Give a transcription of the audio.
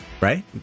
Right